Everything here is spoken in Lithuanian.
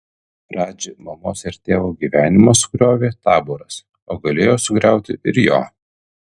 radži mamos ir tėvo gyvenimą sugriovė taboras o galėjo sugriauti ir jo